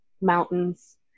mountains